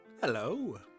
Hello